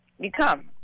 become